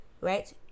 right